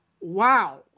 wow